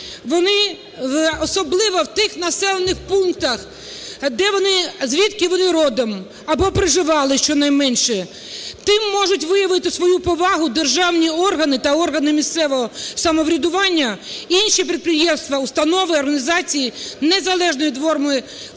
вони… особливо у тих населених пунктах, звідки вони родом або проживали щонайменше, тим можуть виявити свою повагу державні органи та органи місцевого самоврядування, інші підприємства, установи, організації, незалежно від форми